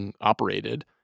operated